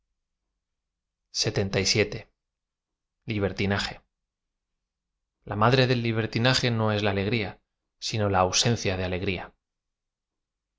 je l a madre del libertinaje no es la alegría sino la ausencia de a